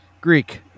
Greek